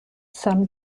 some